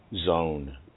zone